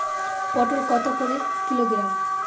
পটল কত করে কিলোগ্রাম?